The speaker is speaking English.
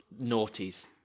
naughties